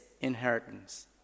inheritance